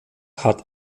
hat